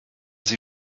sie